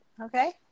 Okay